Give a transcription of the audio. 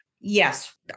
yes